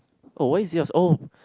oh why is yours oh